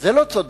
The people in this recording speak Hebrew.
זה לא צודק,